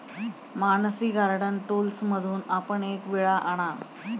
Mansi garden टूल्समधून आपण एक विळा आणा